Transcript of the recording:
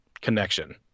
connection